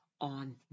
on